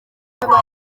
babiri